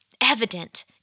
evident